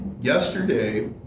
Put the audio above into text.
yesterday